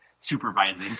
supervising